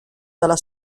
dalla